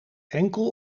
enkel